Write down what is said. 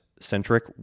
centric